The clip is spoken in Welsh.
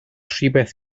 rhywbeth